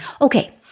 Okay